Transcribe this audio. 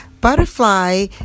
Butterfly